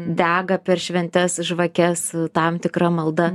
dega per šventes žvakes tam tikra malda